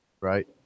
Right